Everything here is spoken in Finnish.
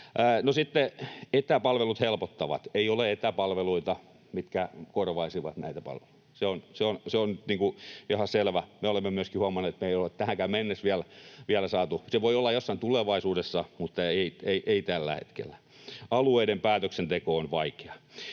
”etäpalvelut helpottavat”. Ei ole etäpalveluita, mitkä korvaisivat näitä palveluita, se on ihan selvä. Me olemme myöskin huomanneet, että me ei olla tähänkään mennessä vielä saatu... Se voi olla jossain tulevaisuudessa, mutta ei tällä hetkellä. ”Alueiden päätöksenteko on vaikeaa.